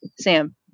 Sam